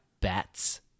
Bats